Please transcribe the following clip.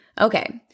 Okay